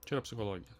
čia yra psichologija